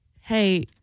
hey